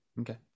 Okay